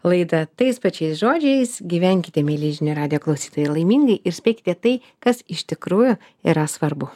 laidą tais pačiais žodžiais gyvenkite mieli žinių radijo klausytojai laimingai ir spėkite tai kas iš tikrųjų yra svarbu